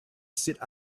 sit